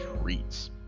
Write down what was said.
treats